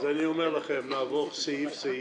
אז אני אומר לכם: נעבור סעיף סעיף,